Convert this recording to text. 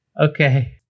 Okay